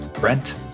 Brent